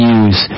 use